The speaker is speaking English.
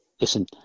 listen